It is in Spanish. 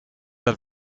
del